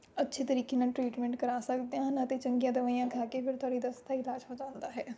ਅੱਛੇ ਤਰੀਕੇ ਨਾਲ ਟ੍ਰੀਟਮੈਂਟ ਕਰਾ ਸਕਦੇ ਹਨ ਅਤੇ ਚੰਗੀਆਂ ਦਵਾਈਆਂ ਖਾ ਕੇ ਫਿਰ ਤੁਹਾਡੇ ਦਸਤ ਦਾ ਇਲਾਜ ਹੋ ਜਾਂਦਾ ਹੈ